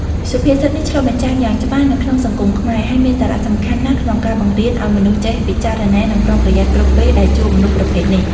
សុភាសិតនេះឆ្លុះបញ្ចាំងយ៉ាងច្បាស់នៅក្នុងសង្គមខ្មែរ ហើយមានសារៈសំខាន់ណាស់ក្នុងការបង្រៀនឱ្យមនុស្សចេះពិចារណា និងប្រុងប្រយ័ត្នគ្រប់ពេលដែលជួបមនុស្សប្រភេទនេះ។